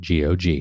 GOG